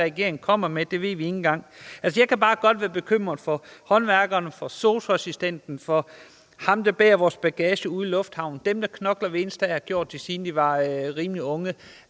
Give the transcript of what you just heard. regeringen kommer med. Det ved vi ikke engang. Altså, jeg kan bare godt være bekymret for håndværkeren, for SOSU-assistenten, for ham, der bærer vores bagage ude i lufthavnen, dem, der knokler hver eneste dag og har gjort det, siden de var rimelig unge.